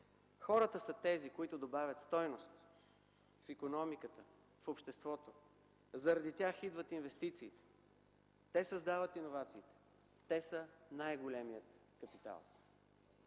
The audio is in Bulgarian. Хората са тези, които добавят стойност в икономиката, в обществото – заради тях идват инвестициите, те създават иновациите, те са най-големият капитал!